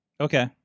Okay